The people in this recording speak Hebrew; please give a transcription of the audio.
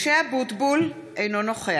(קוראת בשמות חברי הכנסת) משה אבוטבול, אינו נוכח